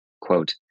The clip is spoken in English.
Quote